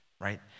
right